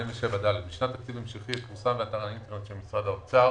47ד. בשנת תקציב המשכי יפורסם באתר האינטרנט של משרד האוצר